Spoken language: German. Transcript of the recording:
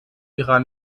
ihrer